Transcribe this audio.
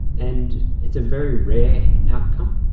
and it's a very rare outcome.